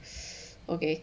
okay